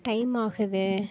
time ஆகுது